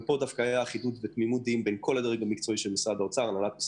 פה דווקא הייתה תמימות דעים בין כל הדרג המקצועי של משרד האוצר.